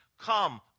Come